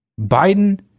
Biden